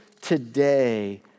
today